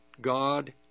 God